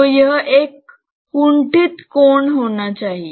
तो यह एक कुंठित कोण होना चाहिए